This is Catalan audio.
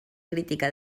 crítica